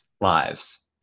lives